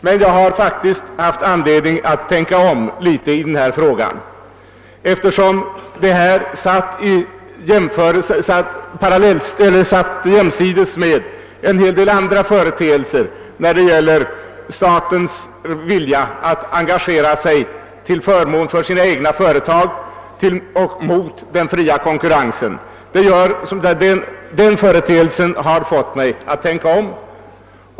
Men jag har faktiskt haft anledning att tänka om i denna fråga, eftersom detta fall, ställt jämsides med en mängd andra fall, där staten visat sin vilja att engagera sig till förmån för sina egna företag och mot den fria konkurrensen, gjort mig betänksam. Den företeelsen har alltså fått mig att tänka om.